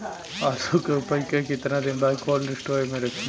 आलू के उपज के कितना दिन बाद कोल्ड स्टोरेज मे रखी?